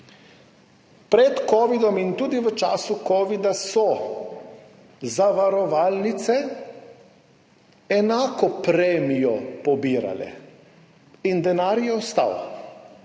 Pred covidom in tudi v času covida so zavarovalnice enako premijo pobirale in denar je ostal